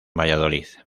valladolid